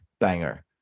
banger